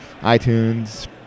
iTunes